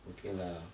okay lah